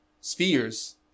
spheres